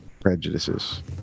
Prejudices